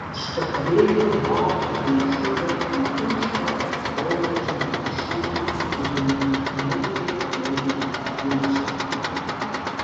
aš teturėjau batų dėžutę prikimštą koledžų brošiūrų kurių negalėjau rodyti tėčiui